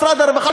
משרד הרווחה,